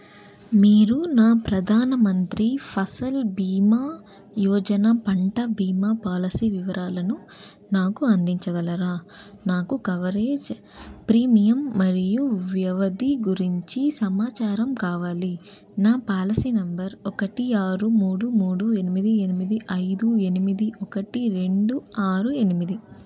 మీరు నా ప్రధాన మంత్రి ఫసల్ భీమా యోజన పంట భీమా పాలసీ వివరాలను నాకు అందించగలరా నాకు కవరేజ్ ప్రీమియం మరియు వ్యవధి గురించి సమాచారం కావాలి నా పాలసీ నెంబర్ ఒకటి ఆరు మూడు మూడు ఎనిమిది ఎనిమిది ఐదు ఎనిమిది ఒకటి రెండు ఆరు ఎనిమిది